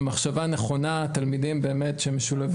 ומחשבה נכונה על תלמידים שמשולבים.